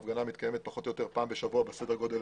ההפגנה מתקיימת פחות או יותר פעם בשבוע בסדר גודל